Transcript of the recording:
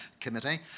committee